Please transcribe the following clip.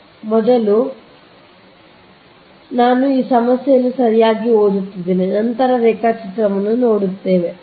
ಆದ್ದರಿಂದ ಮೊದಲು ನಾನು ಈ ಸಮಸ್ಯೆಯನ್ನು ಸರಿಯಾಗಿ ಓದುತ್ತಿದ್ದೇನೆ ನಂತರ ನಾವು ರೇಖಾಚಿತ್ರವನ್ನು ನೀಡುತ್ತೇವೆ